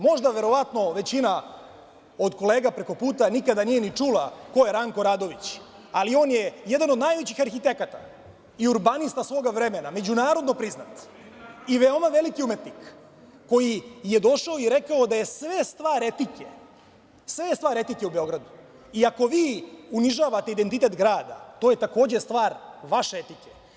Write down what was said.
Možda, verovatno, većina od kolega preko puta nije ni čula ko je Ranko Radović, ali on je jedan od najvećih arhitekata i urbanista svoga vremena, međunarodno priznat i veoma veliki umetnik, koji je došao i rekao da je sve stvar etike, sve je stvar etike u Beogradu i ako vi unižavate identitet grada, to je takođe stvar vaše etike.